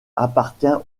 appartient